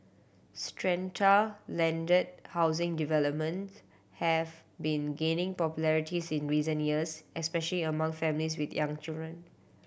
strata landed housing developments have been gaining popularities in recent years especially among families with young children